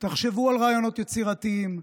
תחשבו על רעיונות יצירתיים,